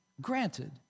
granted